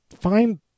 find